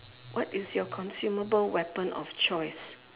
what is your consumable weapon of choice